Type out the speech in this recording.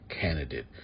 candidate